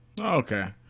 Okay